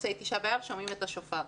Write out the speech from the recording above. מוצאי ט' באב שומעים את השופר,